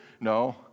No